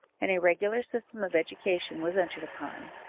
and a regular system of education was entered upon,